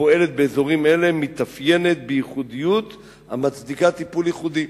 הפועלת באזורים אלה מתאפיינת בייחודיות המצדיקה טיפול ייחודי".